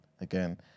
again